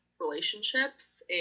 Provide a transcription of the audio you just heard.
relationships